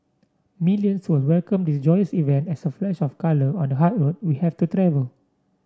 millions will welcome this joyous event as a flash of colour on the hard road we have to travel